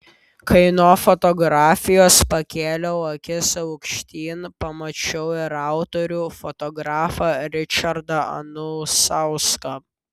kai nuo fotografijos pakėliau akis aukštyn pamačiau ir autorių fotografą ričardą anusauską